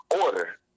order